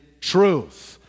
truth